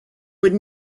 would